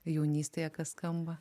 jaunystėje kas skamba